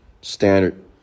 standard